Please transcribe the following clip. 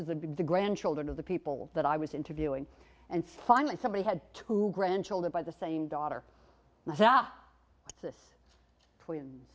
is the grandchildren of the people that i was interviewing and finally somebody had two grandchildren by the same daughter now this twins